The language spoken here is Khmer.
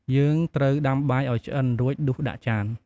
យើងត្រូវដាំបាយឱ្យឆ្អិន រួចដួសដាក់ចាន។